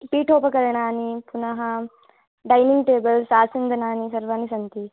पीठोपकरणानि पुनः dining tables आसन्दनानि सर्वाणि सन्ति